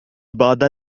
بعد